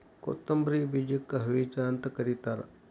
ಕೊತ್ತಂಬ್ರಿ ಬೇಜಕ್ಕ ಹವಿಜಾ ಅಂತ ಕರಿತಾರ